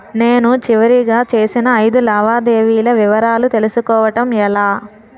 నేను చివరిగా చేసిన ఐదు లావాదేవీల వివరాలు తెలుసుకోవటం ఎలా?